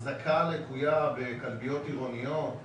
החזקה לקויה בכלביות עירוניות,